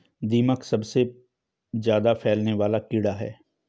दीमक सबसे ज्यादा फैलने वाला कीड़ा है